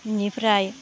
बिनिफ्राय